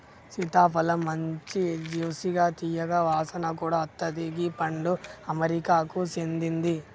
సీతాఫలమ్ మంచి జ్యూసిగా తీయగా వాసన కూడా అత్తది గీ పండు అమెరికాకు సేందింది